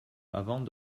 avant